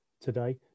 today